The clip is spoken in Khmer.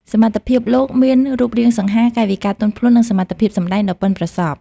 សមត្ថភាព លោកមានរូបរាងសង្ហា កាយវិការទន់ភ្លន់ និងសមត្ថភាពសម្ដែងដ៏ប៉ិនប្រសប់។